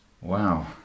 Wow